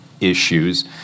issues